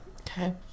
Okay